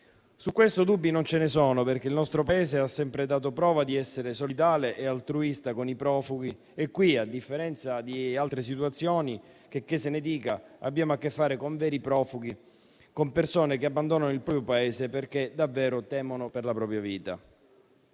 Su questo dubbi non ce ne sono, perché il nostro Paese ha sempre dato prova di essere solidale e altruista con i profughi e in questo caso, a differenza di altre situazioni - checché se ne dica - abbiamo a che fare con veri profughi, con persone che abbandonano il proprio Paese perché davvero temono per la propria vita.